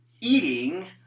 eating